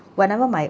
whenever my